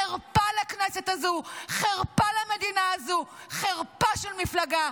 חרפה לכנסת הזו, חרפה למדינה הזו, חרפה של מפלגה.